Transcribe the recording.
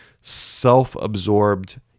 self-absorbed